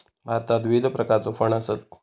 भारतात विविध प्रकारचो फंड आसत